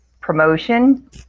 promotion